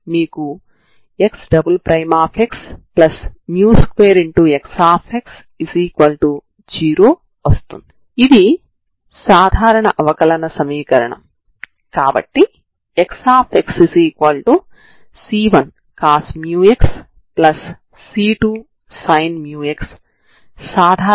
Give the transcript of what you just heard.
కాబట్టి మనం ఈ డొమైన్లో చరరాశులలో సమాకలనం చేయబోతున్నాము సరేనా